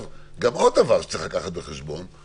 עוד דבר שצריך לקחת בחשבון,